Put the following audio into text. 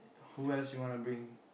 who else U wanna bring